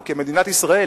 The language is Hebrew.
אנחנו כמדינת ישראל,